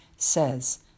says